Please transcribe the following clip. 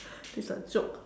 it's a joke